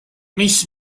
mis